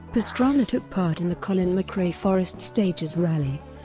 pastrana took part in the colin mcrae forest stages rally,